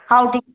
ହଉ ଠିକ୍